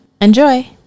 Enjoy